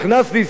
אדוני השר,